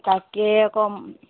তাকে আকৌ